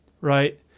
right